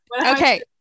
Okay